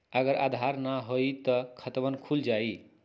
अगर आधार न होई त खातवन खुल जाई?